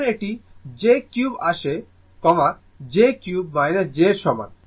যখন এটি এই j কিউবে আসে j কিউব j এর সমান